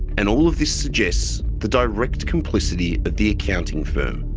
and all of this suggests the direct complicity of the accounting firm,